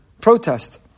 protest